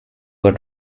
were